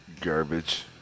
Garbage